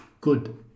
good